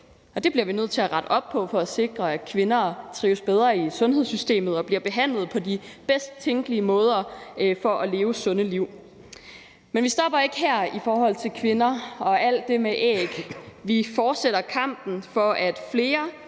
det bliver vi nødt til at rette op på for at sikre, at kvinder trives bedre i sundhedssystemet og bliver behandlet på de bedst tænkelige måder for at leve sunde liv. Men vi stopper ikke her i forhold til kvinder og alt det med æg. Vi fortsætter kampen for, at flere